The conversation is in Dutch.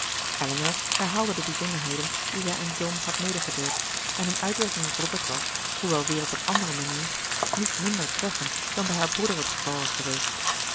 herhaalde de bijzonderheden die zij aan john had medegedeeld en hun uitwerking op robert was hoewel weer op een andere manier niet minder treffend dan bij haar broeder t geval was geweest